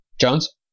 Jones